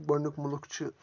گۄڈٕنیُک مُلُک چھِ